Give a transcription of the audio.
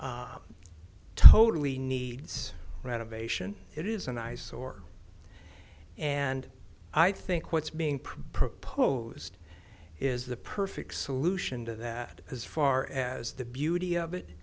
totally needs renovation it is an eyesore and i think what's being proposed is the perfect solution to that as far as the beauty of it